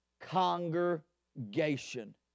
congregation